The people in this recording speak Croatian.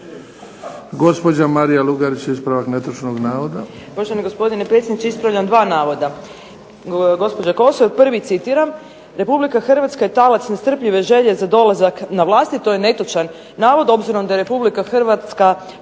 Gospođa Marija Lugarić, ispravak netočnog navoda.